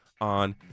on